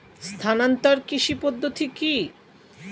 স্থানান্তর কৃষি পদ্ধতি কি?